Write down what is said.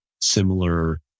similar